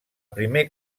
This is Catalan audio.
primer